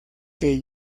que